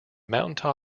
mountain